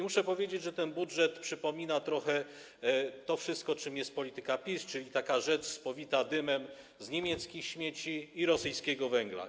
Muszę powiedzieć, że ten budżet przypomina trochę wszystko to, czym jest polityka PiS, czyli rzecz spowitą dymem z niemieckich śmieci i rosyjskiego węgla.